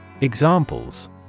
Examples